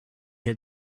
had